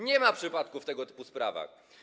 Nie ma przypadków w tego typu sprawach.